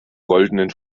goldenen